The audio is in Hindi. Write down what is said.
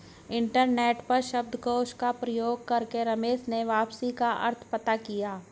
इंटरनेट पर शब्दकोश का प्रयोग कर रमेश ने वापसी का अर्थ पता किया